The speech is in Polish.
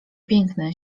piękny